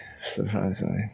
surprisingly